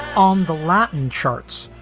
on the latin charts,